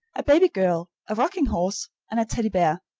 a baby girl, a rocking horse, and a teddy bear,